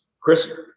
Chris